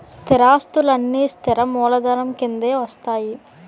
స్థిరాస్తులన్నీ స్థిర మూలధనం కిందే వస్తాయి